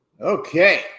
okay